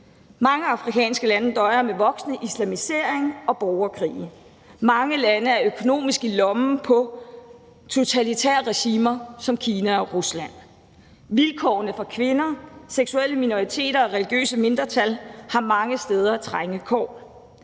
Mange afrikanske lande døjer med voksende islamisering og borgerkrige, mange lande er økonomisk i lommen på totalitære regimer som Kina og Rusland, vilkårene for kvinder, seksuelle minoriteter og religiøse mindretal har mange steder trange kår.